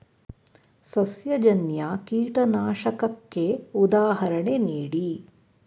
ಸಸ್ಯಜನ್ಯ ಕೀಟನಾಶಕಕ್ಕೆ ಉದಾಹರಣೆ ನೀಡಿ?